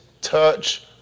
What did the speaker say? touch